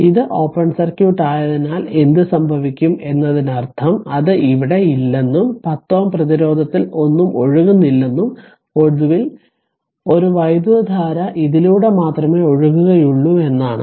അതിനാൽ ഇത് open circuit ആയതിനാൽ എന്ത് സംഭവിക്കും എന്നതിനർത്ഥം അത് അവിടെ ഇല്ലെന്നും 10 Ω പ്രതിരോധത്തിൽ ഒന്നും ഒഴുകുന്നില്ലെന്നും ഒടുവിൽ ഒരു വൈദ്യുതധാര ഇതിലൂടെ മാത്രമേ ഒഴുകുകയുള്ളൂ എന്നാണ്